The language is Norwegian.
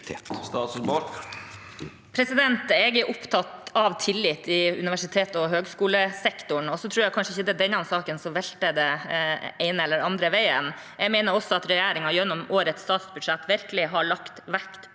Jeg er opptatt av tillit i universitets- og høyskolesektoren. Jeg tror kanskje ikke det er denne saken som velter det den ene eller den andre veien. Jeg mener også at regjeringen gjennom årets statsbudsjett virkelig har lagt vekt på